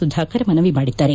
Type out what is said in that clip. ಸುಧಾಕರ್ ಮನವಿ ಮಾಡಿದ್ದಾರೆ